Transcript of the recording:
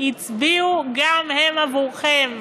הצביעו גם הם עבורכם.